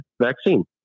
vaccine